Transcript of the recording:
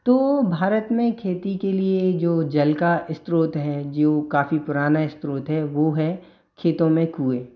तो भारत में खेती के लिए जो जल का स्रोत हैं जो काफ़ी पुराना स्रोत है वो है खेतों में कुएँ